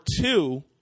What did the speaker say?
two